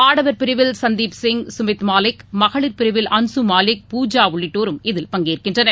ஆடவா் பிரிவில் சந்தீப் சிங் சுமித் மாலிக் மகளிர் பிரிவில் அன்ஸூ மாலிக் பூஜா உள்ளிட்டோரும் இதில் பங்கேற்கின்றனர்